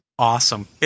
awesome